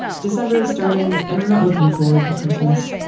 december is starting and i'm not looking forward to christmas.